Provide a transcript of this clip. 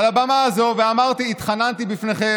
על הבמה הזאת, ואמרתי, התחננתי בפניכם,